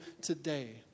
today